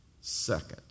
second